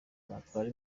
batwara